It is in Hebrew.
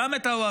גם את האוהבים.